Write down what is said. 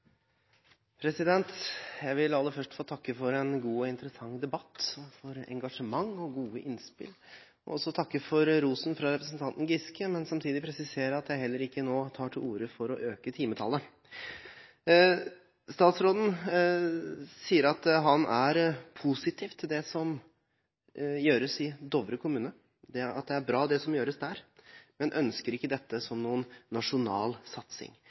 Jeg vil aller først få takke for en god og interessant debatt og for engasjement og gode innspill. Jeg vil også få takke for rosen fra representanten Giske, men samtidig presisere at jeg heller ikke nå tar til orde for å øke timetallet. Statsråden sier at han er positiv til det som gjøres i Dovre kommune, at det er bra det som gjøres der, men ønsker ikke dette som noen nasjonal satsing.